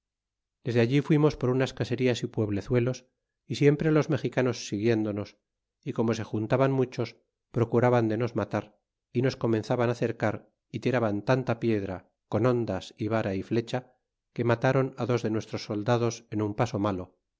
desde allí fuimos por unas caserías y pueblezuelos y siempre los mexicanos siguiéndonos y romo se juntaban muchos procuraban de nos matar y nos comenzaban á cercar y tiraban tanta piedra con hondas y vara y flecha que matron á dos de nuestros soldados en un paso malo